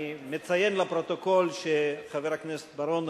אני מציין לפרוטוקול שחבר הכנסת בר-און,